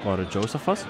kori džeuzefas